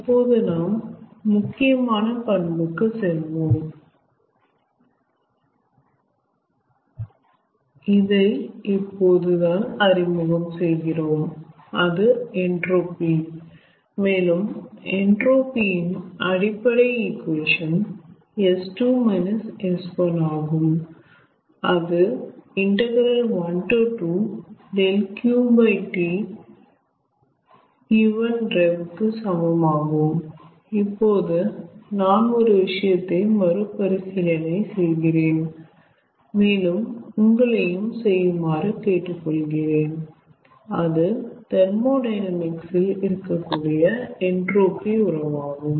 இப்போது நாம் முக்கியமான பண்புக்கு செல்வோம் இதை இப்போது தான் அறிமுகம் செய்கிறோம் அது என்ட்ரோபி மேலும் என்ட்ரோபி யின் அடிப்படை ஈகுவேஷன் ஆகும் அது ∫12 𝛿𝑄T|rev கு சமமாகும் இப்போது நான் ஒரு விஷயத்தை மறுபரிசீலனை செய்கிறேன் மேலும் உங்களையும் செய்யுமாறு கேட்டுக்கொள்கிறேன் அது தெர்மோடையனாமிக்ஸ் இல் இருக்கக்கூடிய என்ட்ரோபி உறவாகும்